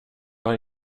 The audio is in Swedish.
har